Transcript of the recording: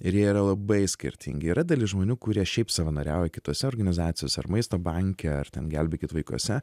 ir jie yra labai skirtingi yra dalis žmonių kurie šiaip savanoriauja kituose organizacijose ar maisto banke ar ten gelbėkit vaikuose